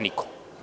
Niko.